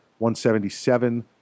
177